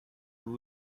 vous